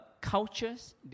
cultures